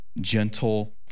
gentle